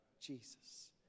Jesus